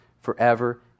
forever